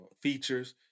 features